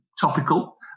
topical